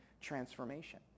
transformation